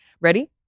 Ready